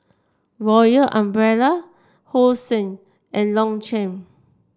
Royal Umbrella Hosen and Longchamp